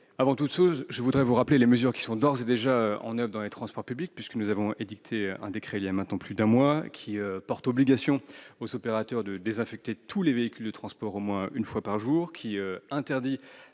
Avant toute chose, je voudrais vous rappeler les mesures qui s'appliquent d'ores et déjà dans les transports publics, puisque nous avons édicté voilà maintenant plus d'un mois un décret qui porte obligation aux opérateurs de désinfecter tous les véhicules de transport au moins une fois par jour, qui interdit